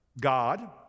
God